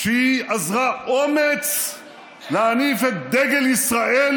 שהיא אזרה אומץ להניף את דגל ישראל,